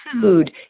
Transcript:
food